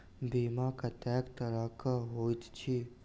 बीमा कत्तेक तरह कऽ होइत छी?